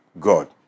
God